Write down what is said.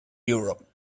europe